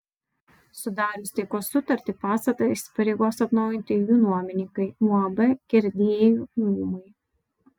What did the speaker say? sudarius taikos sutartį pastatą įsipareigos atnaujinti jų nuomininkai uab kirdiejų rūmai